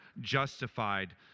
justified